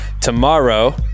tomorrow